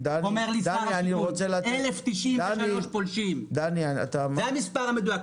1093 פולשים זה המספר המדויק,